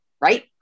right